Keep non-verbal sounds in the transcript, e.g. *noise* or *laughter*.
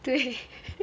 对 *laughs*